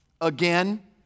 again